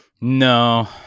No